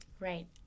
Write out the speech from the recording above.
Right